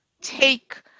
take